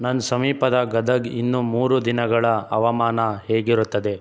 ನನ್ನ ಸಮೀಪದ ಗದಗ್ ಇನ್ನೂ ಮೂರು ದಿನಗಳ ಹವಾಮಾನ ಹೇಗಿರುತ್ತದೆ